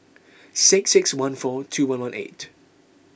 six six one four two one one eight